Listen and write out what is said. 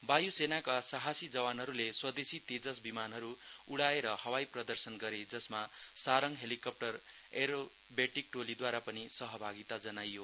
वायु सेनाका सहासी जवानहरूले स्वदेशी तेजस विमानहरू उडाएर हवाई प्रदर्शन गरे जसमा सारङ हेलिकप्टर एरोब्याटिक टोलीद्वारा पनि सहभागिता जनाइयो